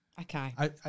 Okay